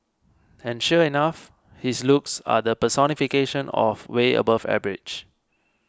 and sure enough his looks are the personification of way above average